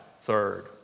third